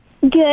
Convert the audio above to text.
Good